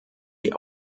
die